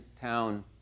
town